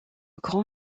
grand